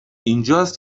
اینجاست